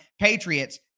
Patriots